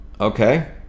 Okay